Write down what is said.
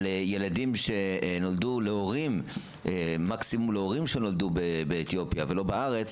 ילדים שנולדו להורים שנולדו באתיופיה ולא בארץ